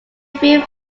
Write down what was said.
view